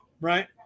Right